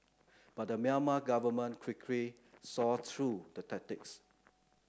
but the Myanmar government quickly saw through the tactics